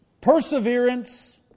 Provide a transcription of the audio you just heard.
perseverance